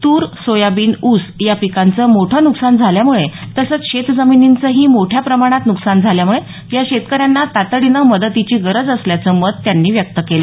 तूर सोयाबीन ऊस या पिकांचं मोठं नुकसान झाल्यामुळे तसंच शेतजमिनींचे ही मोठ्या प्रमाणात नुकसान झाल्यामुळे या शेतकऱ्यांना तातडीने मदतीची गरज असल्याचं मत त्यांनी व्यक्त केलं